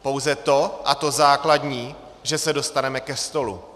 Pouze to, a to základní, že se dostaneme ke stolu.